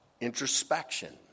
introspection